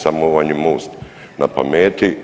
Samo vam je Most na pameti.